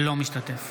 אינו משתתף